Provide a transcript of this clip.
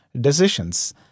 decisions